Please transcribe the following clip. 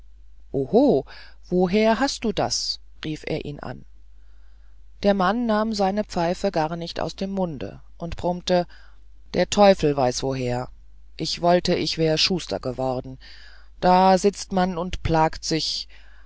woher hast du das rief er ihn an der mann nahm seine pfeife gar nicht aus dem munde und brummte der teufel weiß woher ich wollte ich wär schuster geworden da sitzt man und plagt sich